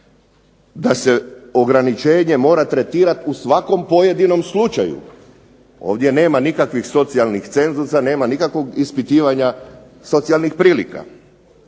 da se ograničenje mora tretirati u svakom pojedinom slučaju. Ovdje nema nikakvih socijalnih cenzusa, nema nikakvog ispitivanja socijalnih prilika.